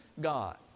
God